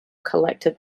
collected